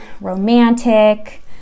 romantic